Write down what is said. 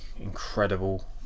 incredible